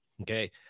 okay